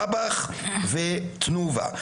דבח ותנובה.